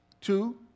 Two